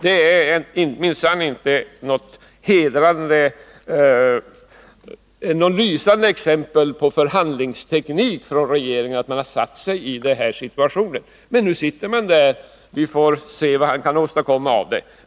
Det är minsann inte något exempel på lysande förhandlingsteknik från regeringens sida att man försatt sig i den situationen. Vi får se vad industriministern kan göra av det.